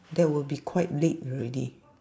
that will be quite late already